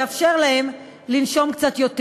מה שיאפשר להם לנשום קצת יותר.